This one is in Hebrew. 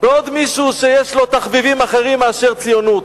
בעוד מישהו שיש לו תחביבים אחרים מאשר ציונות.